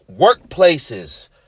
workplaces